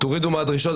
תורידו מהדרישות,